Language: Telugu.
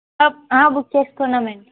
బుక్ చేసుకున్నామండి